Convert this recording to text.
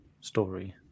story